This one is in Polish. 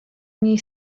niej